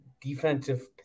Defensive